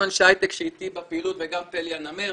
אנשי הייטק שאיתי בפעילות וגם פלי 'הנמר',